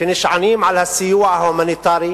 נשענים על הסיוע ההומניטרי,